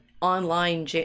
online